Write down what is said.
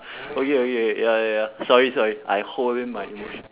okay okay ya ya ya sorry sorry I hold in my emotions